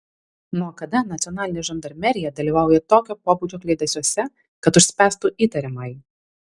nuo kada nacionalinė žandarmerija dalyvauja tokio pobūdžio kliedesiuose kad užspęstų įtariamąjį